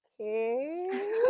okay